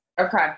Okay